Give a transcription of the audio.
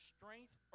Strength